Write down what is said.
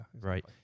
Right